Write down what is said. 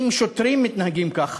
אם שוטרים מתנהגים ככה,